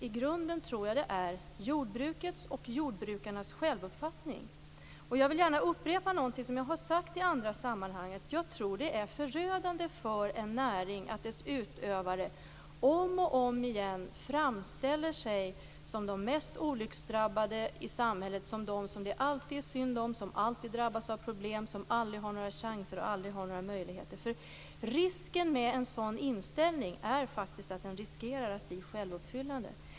I grunden tror jag att det är jordbrukets och jordbrukarnas självuppfattning. Jag vill gärna upprepa något som jag har sagt i andra sammanhang, nämligen att jag tror att det är förödande för en näring att dess utövare om och om igen framställer sig som de mest olycksdrabbade i samhället, som de som det alltid är synd om, som de som alltid drabbas av problem, som de som aldrig har några chanser och som de som aldrig har några möjligheter. Risken med en sådan inställning är faktiskt att den riskerar att bli självuppfyllande.